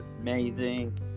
amazing